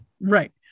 Right